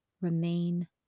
remain